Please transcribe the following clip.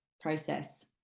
process